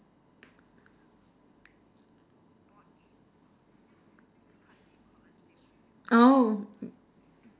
oh